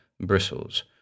bristles